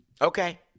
Okay